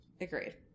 Agreed